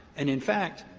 and in fact,